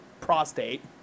prostate